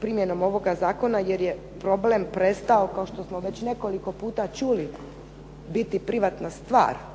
primjenom ovog zakona, jer je problem prestao kao što smo već nekoliko puta čuli biti privatna stvar.